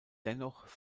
dennoch